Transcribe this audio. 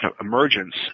emergence